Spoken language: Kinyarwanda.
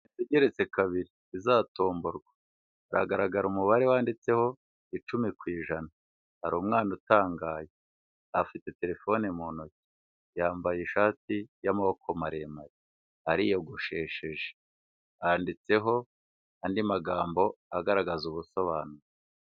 Inzu igeretse kabiri, izatomborwa, haragaragara umubare wanditseho icumi ku ijana, hari umwana utangaye, afite telefone mu ntoki, yambaye ishati y'amabokoko maremare, ariyogoshesheje, handitseho andi magambo agaragaza ubusobanuro.